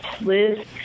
Liz